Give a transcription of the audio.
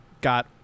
got